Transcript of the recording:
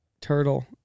Turtle